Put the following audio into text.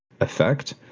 effect